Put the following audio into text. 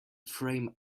frame